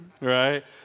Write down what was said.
right